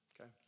okay